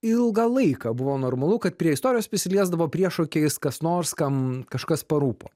ilgą laiką buvo normalu kad prie istorijos prisiliesdavo priešokiais kas nors kam kažkas parūpo